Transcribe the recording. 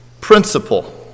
principle